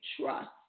trust